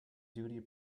duty